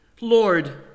Lord